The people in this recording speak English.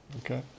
Okay